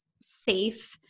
safe